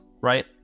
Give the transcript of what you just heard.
right